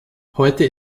heute